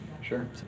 sure